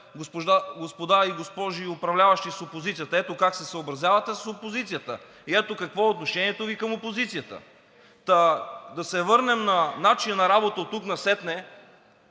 госпожи и господа управляващи, с опозицията, ето как се съобразявате с опозицията и ето какво е отношението Ви към опозицията. Та да се върнем на начина на работа оттук насетне.